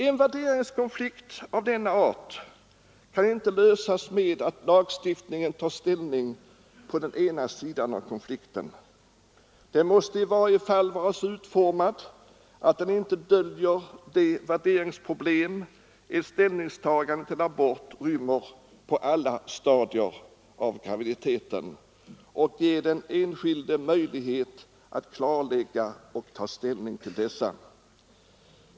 En värderingskonflikt av denna art kan inte lösas med att lagstiftningen tar ställning för den ena sidan i konflikten. Lagen måste i varje fall vara så utformad att den inte döljer de värderingsproblem ett ställningstagande till abort rymmer på alla stadier av graviditeten utan ger den enskilda möjlighet att klarlägga och ta ställning till dessa.